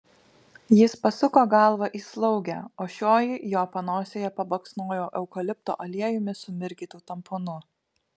jis pasuko galvą į slaugę o šioji jo panosėje pabaksnojo eukalipto aliejumi sumirkytu tamponu